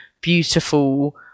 beautiful